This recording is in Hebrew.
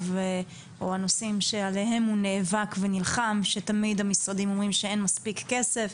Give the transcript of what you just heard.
או הנושאים שעליהם הוא נאבק ונלחם שתמיד המשרדים אומרים שאין מספיק כסף,